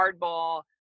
hardball